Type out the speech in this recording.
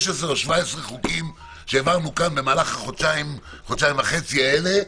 17. 16 או 17 חוקים שהעברנו כאן במהלך החודשיים וחצי האלה,